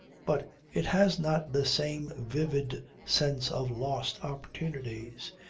but it has not the same vivid sense of lost opportunities.